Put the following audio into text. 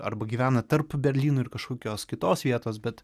arba gyvena tarp berlyno ir kažkokios kitos vietos bet